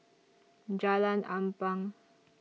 Jalan Ampang